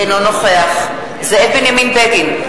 אינו נוכח זאב בנימין בגין,